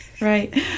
Right